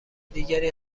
دیگری